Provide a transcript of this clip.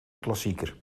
klassieker